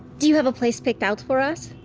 do you have a place picked out for us?